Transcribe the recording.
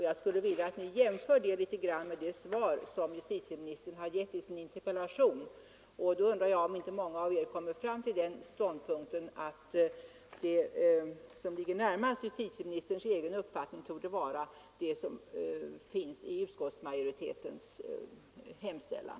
Jag skulle vilja att ni jämför det avsnittet med justitieministerns interpellationssvar. Då undrar jag om inte många kommer fram till den ståndpunkten att det som ligger närmast justitieministerns egen uppfattning torde vara utskottsmajoritetens hemställan.